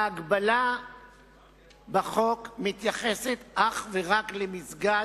ההגבלה בחוק מתייחסת אך ורק למסגד,